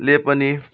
ले पनि